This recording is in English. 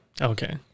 Okay